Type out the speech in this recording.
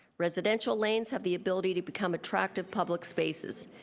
residential lanes have the ability to become attractive public spaces,